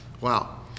Wow